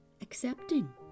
accepting